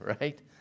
right